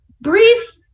brief